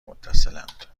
متصلاند